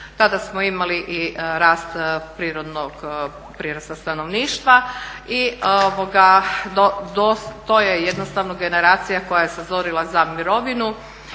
Tada smo imali i rast prirodnog prirasta stanovništva i to je jednostavno generacija koja je sazorila za mirovinu.